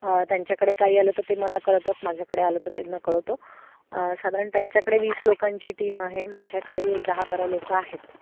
त्यांच्याकडे काही आलं तर ते मला कळवतात माझ्याकडे आलं तर त्यांना कळवतो साधारण त्यांच्याकडे वीस लोकांची टीम आहे माझ्याकडेही एक दहा बारा लोकं आहेत